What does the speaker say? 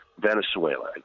Venezuela